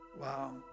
Wow